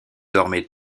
dormait